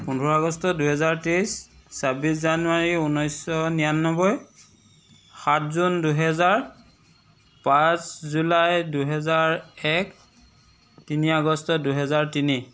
পোন্ধৰ আগষ্ট দুহেজাৰ তেইছ ছাব্বিছ জানুৱাৰী ঊনৈছশ নিৰান্নব্বৈ সাত জুন দুহাজাৰ পাঁচ জুলাই দুই হেজাৰ এক তিনি আগষ্ট দুহেজাৰ তিনি